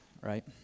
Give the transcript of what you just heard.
right